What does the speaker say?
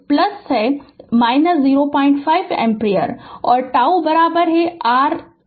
और τ c RThevenin में